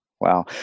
Wow